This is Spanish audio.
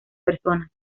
personas